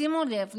שימו לב,